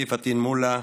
אני, פטין מולא,